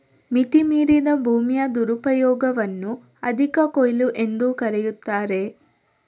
ಮಿತಿ ಮೀರಿದ ಭೂಮಿಯ ದುರುಪಯೋಗವನ್ನು ಅಧಿಕ ಕೊಯ್ಲು ಎಂದೂ ಕರೆಯುತ್ತಾರೆ